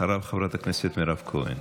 אחריו, חברת הכנסת מירב כהן.